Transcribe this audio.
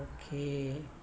Okay